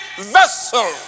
vessel